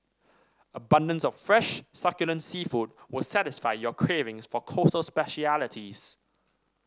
abundance of fresh succulent seafood will satisfy your cravings for coastal specialities